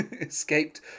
escaped